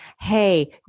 hey